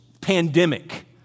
pandemic